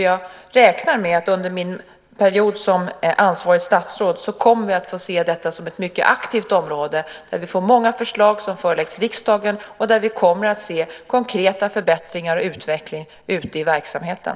Jag räknar med att vi under min period som ansvarigt statsråd kommer att få se detta som ett mycket aktivt område där vi får många förslag som föreläggs riksdagen och där vi kommer att se konkreta förbättringar och utveckling ute i verksamheten.